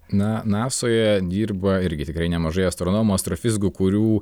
na nasoje dirba irgi tikrai nemažai astronomų astrofizikų kurių